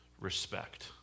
respect